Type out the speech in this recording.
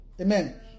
Amen